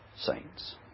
saints